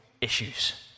issues